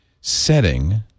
setting